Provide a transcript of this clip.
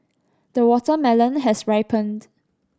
the watermelon has ripened